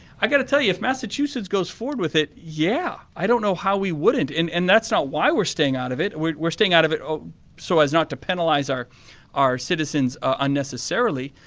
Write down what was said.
i've got to tell you, if massachusetts goes forward with it, yeah. i don't know how we wouldn't and and that's not why we're staying out of it. we're we're staying out of it so as not to penalize our our citizens unnecessarily,